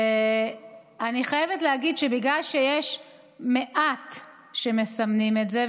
אני חייבת להגיד שבגלל שיש מעט שמסמנים את זה,